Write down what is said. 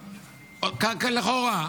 לכאורה.